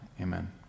Amen